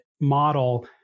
model